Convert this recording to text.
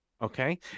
Okay